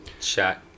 Shot